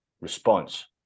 response